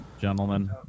gentlemen